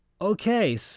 Okay